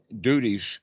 duties